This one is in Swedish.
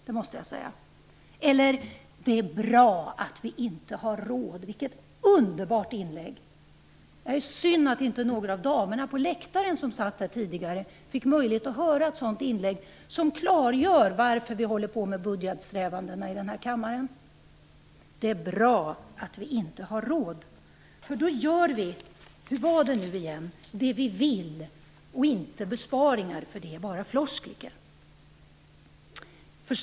Ulf Kristersson sade också att det är bra att vi inte har råd. Vilket underbart inlägg! Det är synd att inte några av damerna som satt på läktaren här tidigare fick möjlighet att höra ett sådant inlägg, som klargör varför vi håller på med budgetsträvandena i denna kammare. Det är bra att vi inte har råd, för då gör vi - hur vad det nu igen - det vi vill och inga besparingar, för det är bara floskler.